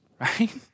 Right